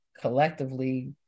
collectively